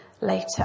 later